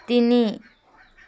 তিনি